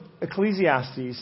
Ecclesiastes